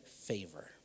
favor